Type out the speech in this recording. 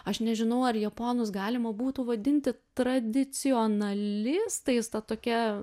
aš nežinau ar japonus galima būtų vadinti tradicionalistais ta tokia